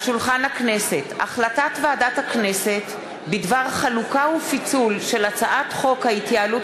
החלטת ועדת הכנסת בדבר פיצול הצעת חוק ההתייעלות